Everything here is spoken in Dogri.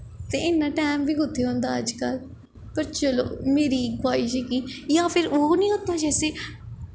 ते इन्ना टैम बी कु'त्थें होंदा अज्ज कल पर चलो मेरी ख्वाहिश ऐ कि जां फिर ओह् निं होता जैसे